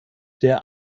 der